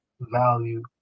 value